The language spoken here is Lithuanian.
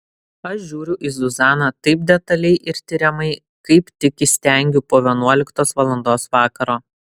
aš žiūriu į zuzaną taip detaliai ir tiriamai kaip tik įstengiu po vienuoliktos valandos vakaro